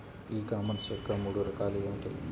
ఈ కామర్స్ యొక్క మూడు రకాలు ఏమిటి?